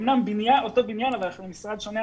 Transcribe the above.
אמנם אותו בניין אבל אנחנו משרד שונה.